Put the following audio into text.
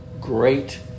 great